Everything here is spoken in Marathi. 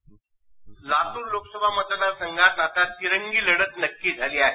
व्हीओ लातूर लोकसभा मतदारसंघात आता तिरंगी लढत नक्की झाली आहे